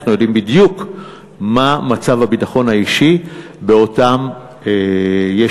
אנחנו יודעים בדיוק מה מצב הביטחון האישי באותם יישובים,